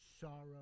sorrow